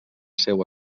seua